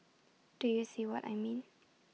do you see what I mean